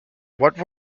what